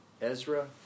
Ezra